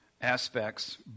aspects